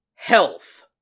health